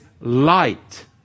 light